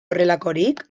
horrelakorik